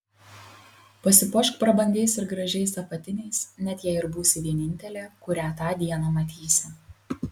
pasipuošk prabangiais ir gražiais apatiniais net jei ir būsi vienintelė kurią tą dieną matysi